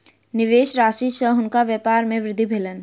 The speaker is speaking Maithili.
निवेश राशि सॅ हुनकर व्यपार मे वृद्धि भेलैन